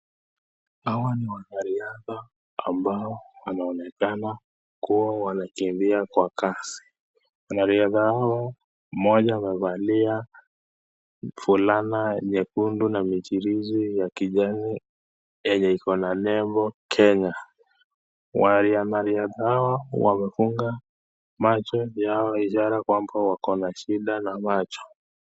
Hawa ni wanariadha ambao wanaonekana kuwa wanakimbia kwa kasi, wanariadha hao mmoja amevalia fulana nyekundu na michirizi ya kijana yenye iko na lembo kenya, wanariadha hao wamefunga macho yao ishara ya kuwa wako na shida ya macho.